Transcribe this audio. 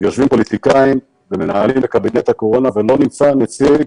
יושבים פוליטיקאים ומנהלים את קבינט הקורונה ובקבינט הזה לא נמצא נציג